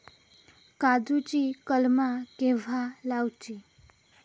काजुची कलमा केव्हा लावची?